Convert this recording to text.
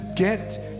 Get